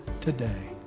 today